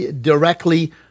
directly